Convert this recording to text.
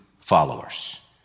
followers